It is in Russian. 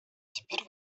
теперь